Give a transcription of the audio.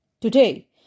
Today